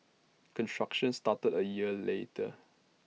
construction started A year later